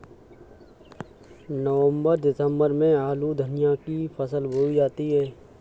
नवम्बर दिसम्बर में आलू धनिया की फसल बोई जाती है?